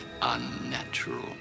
unnatural